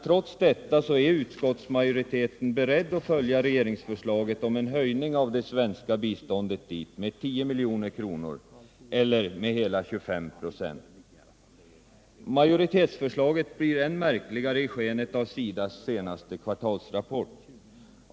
Trots detta är man beredd att följa regeringsförslaget om en höjning av det svenska biståndet med 10 milj.kr. eller hela 25 96. Majoritetsförslaget blir än märkligare i skenet av SIDA:s senaste kvartalsrapport.